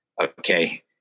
okay